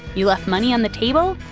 you left money on the table,